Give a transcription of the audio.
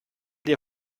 dir